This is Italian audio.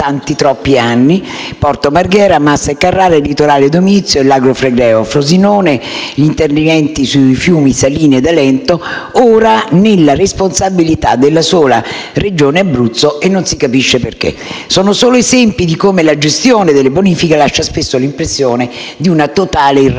Porto Marghera, Massa e Carrara, il Litorale Domizio e l'Agro Flegreo, Frosinone, gli interventi sui fiumi Saline ed Alento, ora nelle responsabilità della sola Regione Abruzzo (e non si capisce perché). Questi sono solo alcuni esempi di come la gestione delle bonifiche lascia spesso l'impressione di una totale irrazionalità.